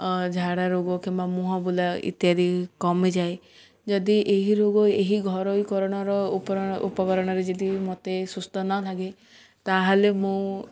ଝାଡ଼ା ରୋଗ କିମ୍ବା ମୁହଁ ଫୁଲା ଇତ୍ୟାଦି କମିଯାଏ ଯଦି ଏହି ରୋଗ ଏହି ଘରୋଇକରଣର ଉପରଣ ଉପକରଣରେ ଯଦି ମୋତେ ସୁସ୍ଥ ନ ହେଲି ତାହେଲେ ମୁଁ